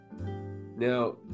Now